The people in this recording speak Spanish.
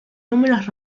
números